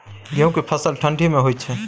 गेहूं के फसल ठंडी मे होय छै?